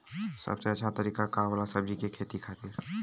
सबसे अच्छा तरीका का होला सब्जी के खेती खातिर?